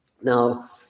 Now